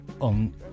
on